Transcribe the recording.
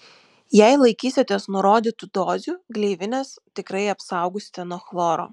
jei laikysitės nurodytų dozių gleivines tikrai apsaugosite nuo chloro